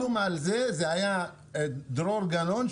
ומי שחתום על זה היה דרור גנון,